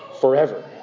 forever